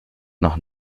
noch